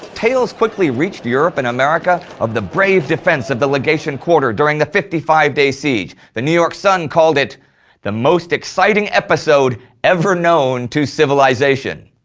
tales quickly reached europe and america of the brave defence of the legation quarter during the fifty five day siege. the new york sun called it the most exciting episode ever known to civilization.